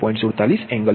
47 angle 175